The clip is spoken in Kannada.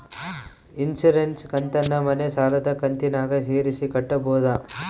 ಇನ್ಸುರೆನ್ಸ್ ಕಂತನ್ನ ಮನೆ ಸಾಲದ ಕಂತಿನಾಗ ಸೇರಿಸಿ ಕಟ್ಟಬೋದ?